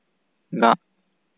ᱱᱟᱜ